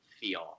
feel